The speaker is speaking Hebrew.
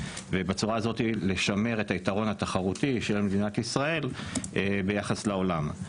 ובצורה הזאת לשמר את היתרון התחרותי של מדינת ישראל ביחס לעולם.